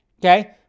okay